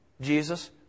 Jesus